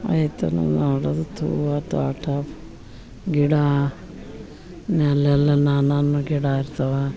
ತೋಟ ಗಿಡ ನಲ್ಲೆಲ್ಲ ನಾನಾನು ಗಿಡ ಇರ್ತಾವೆ